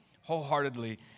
wholeheartedly